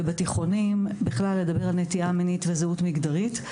ובתיכונים, לדבר על נטייה מינית ועל זהות מגדרית.